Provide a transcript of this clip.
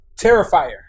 Terrifier